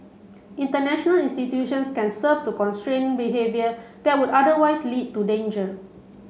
international institutions can serve to constrain behaviour that would otherwise lead to danger